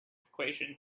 equations